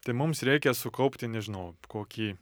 tai mums reikia sukaupti nežinau kokį